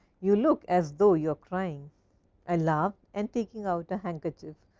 you look as though you are crying. i laughed and taking out a handkerchief,